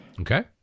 Okay